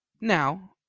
Now